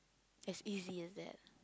as easy as that